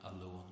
alone